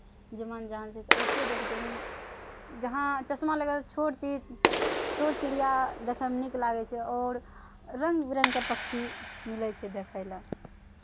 जवान जहान छै तऽ अइसे ही देखतै ने जहाँ चश्मा लगा कऽ छोट चीज छोट चिड़िया देखयमे नीक लागै छै आओर रङ्ग बिरङ्गके पक्षी मिलै छै देखय लए